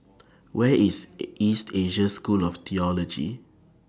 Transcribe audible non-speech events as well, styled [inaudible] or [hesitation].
Where IS [hesitation] East Asia School of Theology